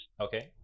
okay